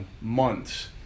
months